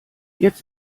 jetzt